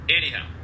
anyhow